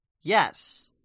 Yes